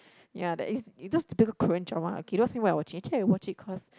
ya that is it's just typical Korean drama okay don't ask me why I watch it actually I watch it cause